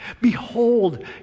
behold